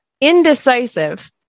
indecisive